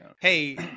hey